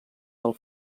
del